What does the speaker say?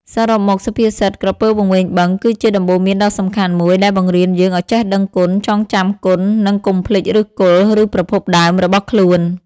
សរុបមក សុភាសិត "ក្រពើវង្វេងបឹង" គឺជាដំបូន្មានដ៏សំខាន់មួយដែលបង្រៀនយើងឱ្យចេះដឹងគុណ ចងចាំគុណ និងកុំភ្លេចឫសគល់ ឬប្រភពដើមរបស់ខ្លួន។